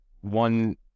one